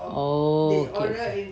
oh